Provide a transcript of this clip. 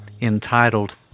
entitled